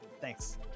Thanks